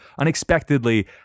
unexpectedly